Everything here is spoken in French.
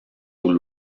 aux